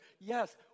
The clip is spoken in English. Yes